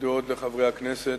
ידועות לחברי הכנסת,